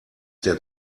der